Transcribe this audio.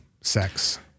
sex